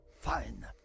fine